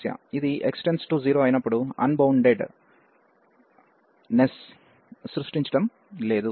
ఇది x→0 అయినప్పుడు అన్బౌండెడ్నెస్ సృష్టించడం లేదు